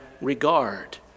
regard